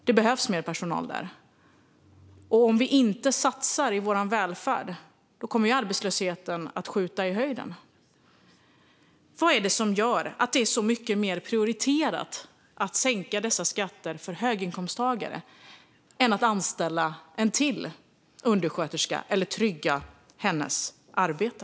Det behövs mer personal där, och om vi inte satsar i vår välfärd kommer arbetslösheten att skjuta i höjden. Vad är det som gör det så mycket mer prioriterat att sänka dessa skatter för höginkomsttagare än att anställa en till undersköterska eller trygga hennes arbete?